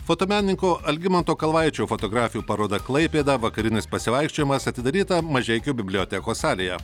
fotomenininko algimanto kalvaičio fotografijų paroda klaipėda vakarinis pasivaikščiojimas atidaryta mažeikių bibliotekos salėje